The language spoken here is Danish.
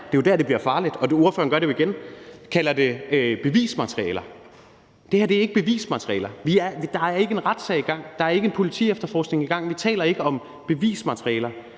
det er jo der, det bliver farligt, og ordføreren gør det jo igen: kalder det bevismaterialer. Det her er ikke bevismaterialer, der er ikke en retssag i gang, der er ikke en politiefterforskning i gang, vi taler ikke om bevismaterialer.